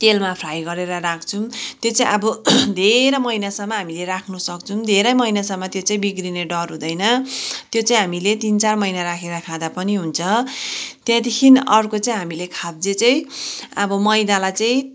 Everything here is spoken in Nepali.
तेलमा फ्राई गरेर राख्छौँ त्यो चाहिँ अब धेरै महिनासम्म हामीले राख्नुसक्छौँ धेरै महिनासम्म त्यो चाहिँ बिग्रिने डर हुँदैन त्यो चाहिँ हामीले तिन चार महिना राखेर खाँदा पनि हुन्छ त्यहाँदेखि अर्को चाहिँ हामीले खाबजे चाहिँ अब मैदालाई चाहिँ